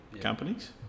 companies